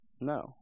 No